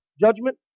Judgment